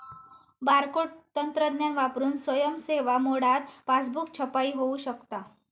barcode तंत्रज्ञान वापरून स्वयं सेवा मोडात पासबुक छपाई होऊ शकता